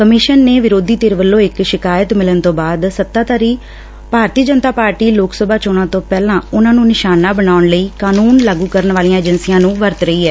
commission ਨੇ ਵਿਰੋਧੀ ਧਿਰ ਵੱਲੋਂ ਇਕ ਸ਼ਿਕਾਇਤ ਮਿਲਣ ਤੋਂ ਬਾਅਦ ਸੱਤਾਧਾਰੀ ਭਾਰਤੀ ਜਨਤਾ ਪਾਰਟੀ ਲੋਕ ਸਭਾ ਚੋਣਾਂ ਤੋਂ ਪਹਿਲਾਂ ਉਨੂਾਂ ਨੂੰ ਨਿਸ਼ਾਨਾ ਬਣਾਉਣ ਲਈ ਕਾਨੂੰਨ ਲਾਗੂ ਕਰਨ ਵਾਲੀਆਂ ਏਜੰਸਿਆਂ ਨੂੰ ਵਰਤ ਰਹੀ ਏ